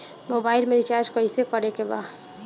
Mobile में recharge कइसे करे के बा?